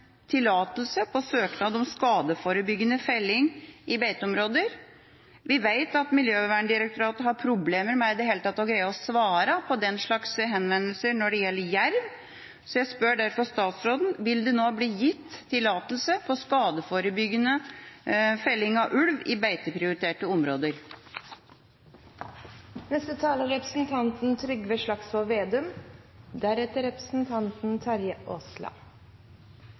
tillatelse på søknad om skadeforebyggende felling i beiteområder? Vi vet at Miljødirektoratet har problemer med i det hele tatt å greie å svare på den slags henvendelser når det gjelder jerv, så jeg spør derfor statsråden: Vil det nå bli gitt tillatelse til skadeforebyggende felling av ulv i beiteprioriterte